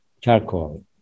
charcoal